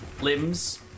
limbs